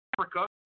Africa